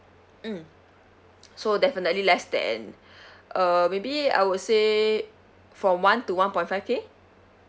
mm so definitely less than uh maybe I would say from one to one point five K